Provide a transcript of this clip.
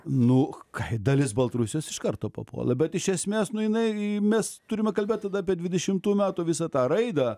nu kai dalis baltarusijos iš karto papuola bet iš esmės nu jinai mes turime kalbėt tada apie dvidešimtų metų visą tą raidą